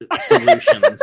Solutions